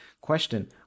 Question